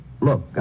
Look